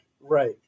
right